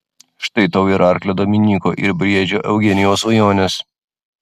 štai tau ir arklio dominyko ir briedžio eugenijaus svajonės